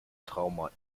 trauma